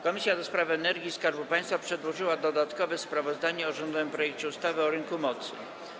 Komisja do Spraw Energii i Skarbu Państwa przedłożyła dodatkowe sprawozdanie o rządowym projekcie ustawy o rynku mocy.